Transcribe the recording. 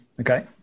Okay